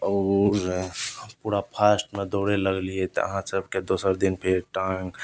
आओर उ पूरा फास्टमे दौड़य लगलियै तऽ अहाँसबके दोसर दिन फेर टाङ्ग